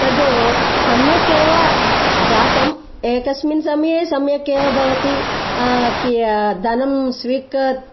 तद् सम्यक् एव जातम् एकस्मिन् समये सम्यक् एव भवति की धनं स्वीकर्